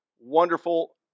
wonderful